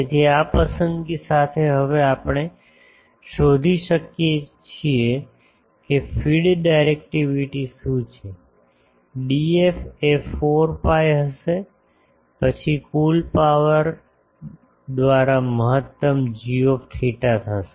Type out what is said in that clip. તેથી આ પસંદગી સાથે હવે આપણે શોધી શકીએ છીએ કે ફીડ ડાયરેક્ટિવિટી શું છે Df એ 4 pi હશે પછી કુલ પાવર દ્વારા મહત્તમ gθ થશે